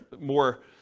more